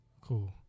cool